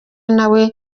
nawe